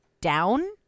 down